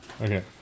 Okay